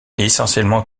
essentiellement